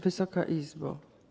Wysoka Izbo!